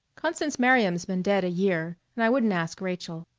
constance merriam's been dead a year, and i wouldn't ask rachael.